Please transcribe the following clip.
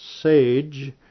sage